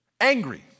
Angry